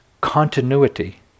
continuity